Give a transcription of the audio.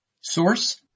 Source